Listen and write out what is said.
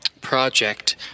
project